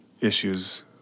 issues